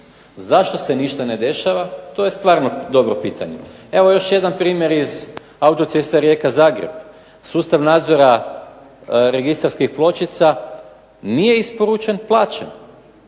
Zašto se ništa ne dešava, to je stvarno dobro pitanje. Evo još jedan primjer iz autocesta Rijeka-Zagreb. Sustav nadzora registarskih pločica nije isporučen, plaćen.